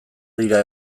dira